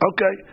Okay